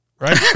right